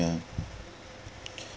ya